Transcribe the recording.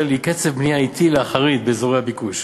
היא קצב בנייה אטי להחריד באזורי הביקוש.